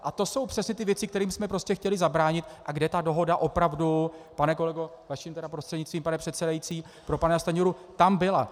A to jsou přesně ty věci, kterým jsme chtěli zabránit a kde ta dohoda opravdu, pane kolego, vaším prostřednictvím, pane předsedající, pro pana Stanjuru, tam byla.